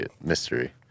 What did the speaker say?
mystery